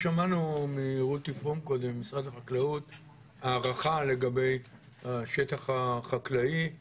אני חוזר לדבר הראשון שאמרתי: אני לא יכול לקבל החלטה בלי